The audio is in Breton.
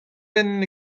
benn